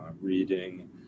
reading